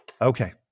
Okay